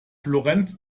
florenz